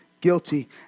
guilty